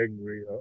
angry